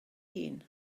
hun